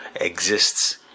exists